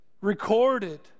recorded